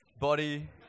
body